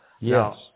Yes